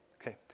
Okay